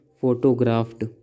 photographed